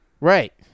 Right